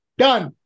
done